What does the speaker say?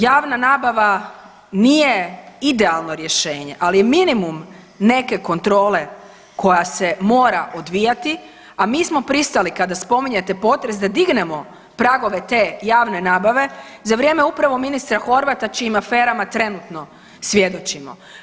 Javna nabava nije idealno rješenje, ali je minimum neke kontrole koja se mora odvijati, a mi smo pristali kada spominjete potres da dignemo pragove te javne nabave za vrijeme upravo ministra Horvata čijim aferama trenutno svjedočimo.